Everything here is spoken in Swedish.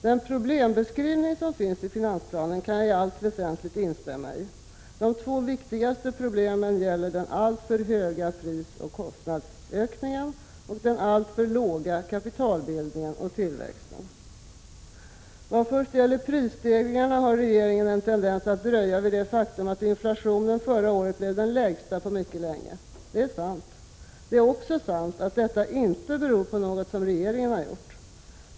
Den problembeskrivning som finns i finansplanen kan jag i allt väsentligt instämma i. De två viktigaste problemen gäller den alltför höga prisoch kostnadsökningen och den alltför låga kapitalbildningen och tillväxten. Vad först gäller prisstegringarna har regeringen en tendens att dröja vid det faktum att inflationen förra året blev den lägsta på mycket länge. Det är sant. Det är också sant att detta inte beror på något som regeringen har gjort.